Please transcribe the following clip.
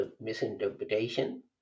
misinterpretation